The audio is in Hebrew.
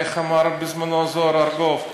איך אמר בזמנו זוהר ארגוב,